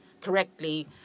correctly